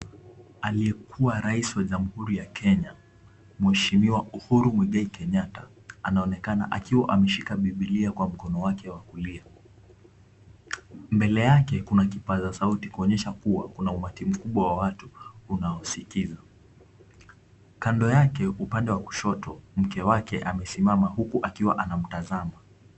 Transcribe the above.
Aliyekuwa rais wa Jamhuri ya Kenya mheshimiwa Uhuru Muigai Kenyatta anaonekana akiwa ameshika bibilia kwa mkono wake wa kulia. Mbele yake kuna kipaza sauti kuonyesha kuwa kuna umati mkubwa wa watu unaosikia. Kando yake upande wa kushoto mke wake amesimama huku akiwa anamtazama.